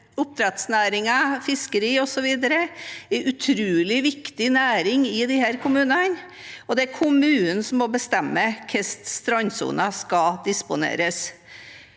oppdrettsnæringen, fiskeri osv. utrolig viktige næringer i disse kommunene, og det er kommunen som må bestemme hvordan strandsonen skal disponeres.